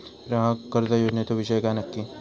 ग्राहक कर्ज योजनेचो विषय काय नक्की?